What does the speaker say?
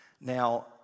Now